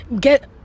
get